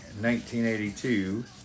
1982